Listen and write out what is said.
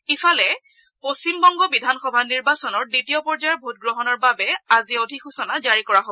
ইফালে পশ্চিমবংগ বিধানসভা নিৰ্বাচনৰ দ্বিতীয় পৰ্যায়ৰ ভোটগ্ৰহণৰ বাবেও আজি অধিসূচনা জাৰি কৰা হয়